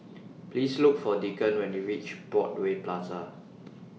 Please Look For Declan when YOU REACH Broadway Plaza